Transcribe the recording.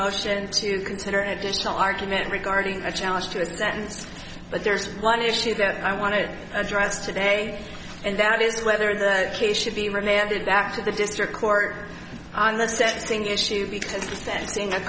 motion to consider an additional argument regarding a challenge to a sentence but there's one issue that i want to address today and that is whether the case should be remanded back to the district court on the setting issue because